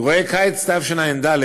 אירועי קיץ תשע"ד,